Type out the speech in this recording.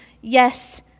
yes